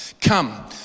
Come